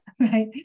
right